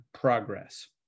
progress